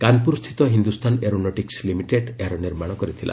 କାନ୍ପୁର ସ୍ଥିତ Hindustan aeronautics limited ଏହାର ନିର୍ମାଣ କରିଥିଲା